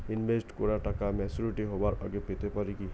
Invest করা টাকা maturity হবার আগেই পেতে পারি কি?